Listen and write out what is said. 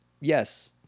Yes